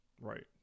Right